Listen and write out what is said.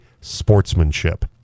sportsmanship